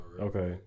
Okay